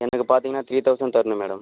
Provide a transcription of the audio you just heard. எனக்கு பார்த்தீங்கன்னா three thousand தரணும் மேடம்